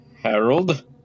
Harold